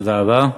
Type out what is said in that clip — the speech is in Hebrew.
תודה רבה.